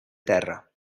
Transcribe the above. terra